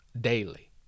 daily